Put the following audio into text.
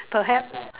perhaps